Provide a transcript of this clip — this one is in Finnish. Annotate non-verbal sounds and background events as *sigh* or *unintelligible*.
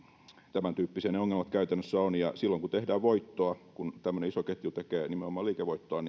tämäntyyppisiä ne ongelmat käytännössä ovat ja silloin kun tehdään voittoa koska tämmöinen iso ketju tavoittelee nimenomaan liikevoittoa *unintelligible*